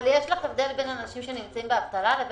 אבל יש הבדל בין אנשים שנמצאים ב- -- לבין